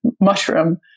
mushroom